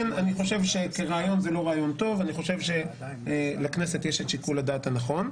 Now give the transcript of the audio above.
אני חושב שזה לא רעיון טוב ושלכנסת יש את שיקול הדעת הנכון.